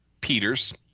Peters